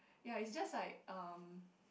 ya is just like um